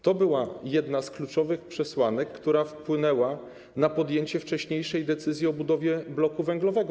To była jedna z kluczowych przesłanek, która wpłynęła na podjęcie wcześniejszej decyzji o budowie bloku węglowego.